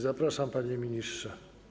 Zapraszam, panie ministrze.